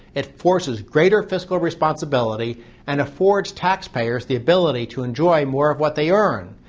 it forces greater fiscal responsibility and affords taxpayers the ability to enjoy more of what they earn.